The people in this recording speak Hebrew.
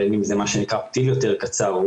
בין אם זה מה שנקרא פתיל יותר קצר,